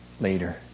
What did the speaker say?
later